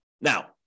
Now